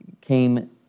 came